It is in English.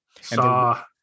saw